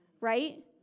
right